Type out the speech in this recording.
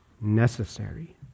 necessary